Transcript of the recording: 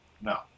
no